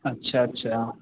अच्छा अच्छा